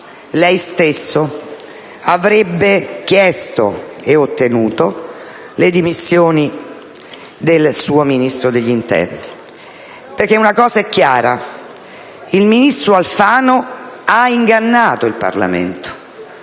Lei stesso avrebbe chiesto, e ottenuto, le dimissioni del suo Ministro dell'interno. Un fatto è chiaro. Il ministro Alfano ha ingannato il Parlamento.